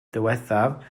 ddiwethaf